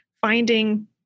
finding